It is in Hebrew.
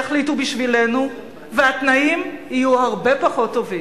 יחליטו בשבילנו והתנאים יהיו הרבה פחות טובים,